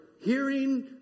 hearing